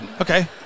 Okay